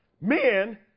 Men